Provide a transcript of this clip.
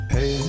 Hey